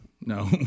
no